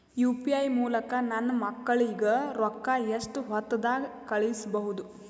UPI ಮೂಲಕ ನನ್ನ ಮಕ್ಕಳಿಗ ರೊಕ್ಕ ಎಷ್ಟ ಹೊತ್ತದಾಗ ಕಳಸಬಹುದು?